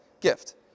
gift